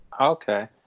Okay